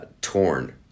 torn